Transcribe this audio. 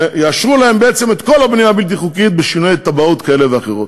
יאשרו להם בעצם את כל הבנייה הבלתי-חוקית בשינויי תב"עות כאלה ואחרות.